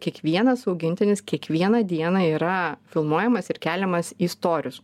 kiekvienas augintinis kiekvieną dieną yra filmuojamas ir keliamas į storius